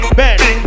bang